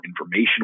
information